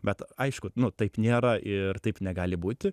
bet aišku nu taip nėra ir taip negali būti